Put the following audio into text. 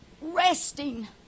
resting